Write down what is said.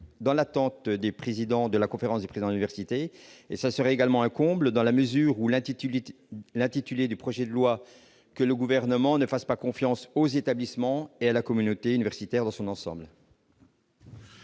des présidents de la conférence du présent université et ça serait également un comble dans la mesure où l'intitulé l'intitulé du projet de loi que le gouvernement ne fasse pas confiance aux établissements et à la communauté universitaire dans son ensemble.